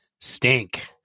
Stink